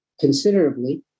considerably